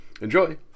Enjoy